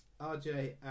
RJ